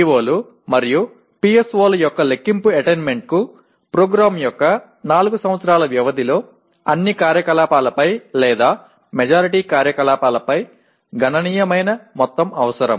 PO లు మరియు PSO ల యొక్క లెక్కింపు అటైన్మెంట్కు ప్రోగ్రామ్ యొక్క 4 సంవత్సరాల వ్యవధిలో అన్ని కార్యకలాపాలపై లేదా మెజారిటీ కార్యకలాపాలపై గణనీయమైన మొత్తం అవసరం